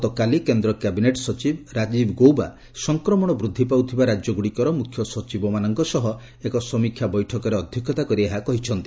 ଗତକାଲି କେନ୍ କ୍ୟାବିନେଟ୍ ସଚିବ ରାଜୀବ ଗୌବା ସଂକ୍ମଣ ବୃଦ୍ଧି ପାଉଥିବା ରାଜ୍ୟ ଗୁଡ଼ିକର ମୁଖ୍ୟସଚିବ ମାନଙ୍କ ସହ ଏକ ସମୀକ୍ଷା ବୈଠକରେ ଅଧ୍ୟକ୍ଷତା କରି ଏହା କହିଛନ୍ତି